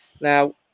now